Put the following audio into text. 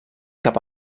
cap